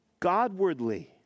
godwardly